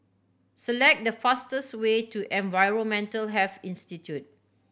select the fastest way to Environmental Health Institute